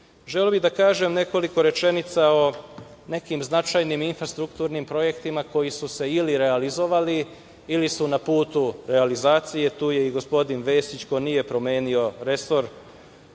bih da kažem nekoliko rečenica o nekim značajnim infrastrukturnim projektima koji su se ili realizovali ili su na putu realizacije. Tu je i gospodin Vesić, koji nije promenio resor,